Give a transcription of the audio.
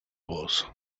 was